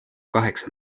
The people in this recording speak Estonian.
kaheksa